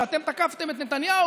אז הפרסומים שאתם תקפתם את נתניהו,